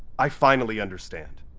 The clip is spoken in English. i finally understand.